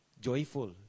Joyful